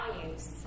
values